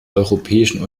europäischen